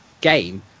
game